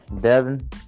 Devin